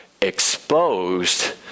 exposed